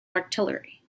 artillery